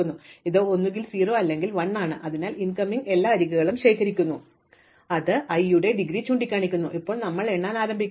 അതിനാൽ ഇത് ഒന്നുകിൽ 0 അല്ലെങ്കിൽ 1 ആണ് അതിനാൽ ഇൻകമിംഗ് എല്ലാ അരികുകളും ഞാൻ ശേഖരിക്കുന്നു അത് i യുടെ ഡിഗ്രി ആയി ചൂണ്ടിക്കാണിക്കുന്നു ഇപ്പോൾ ഞങ്ങൾ എണ്ണാൻ ആരംഭിക്കുന്നു